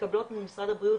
שמתקבלות ממשרד הבריאות,